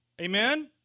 amen